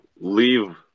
leave